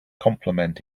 complement